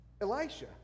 Elisha